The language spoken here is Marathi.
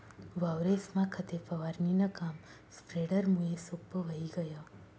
वावरेस्मा खते फवारणीनं काम स्प्रेडरमुये सोप्पं व्हयी गय